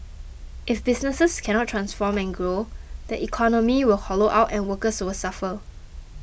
if businesses cannot transform and grow the economy will hollow out and workers will suffer